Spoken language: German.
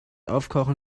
aufkochen